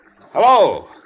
Hello